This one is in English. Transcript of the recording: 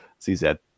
CZ